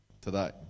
today